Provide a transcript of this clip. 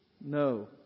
No